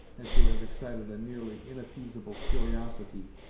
as to have excited a nearly inappeasable curiosity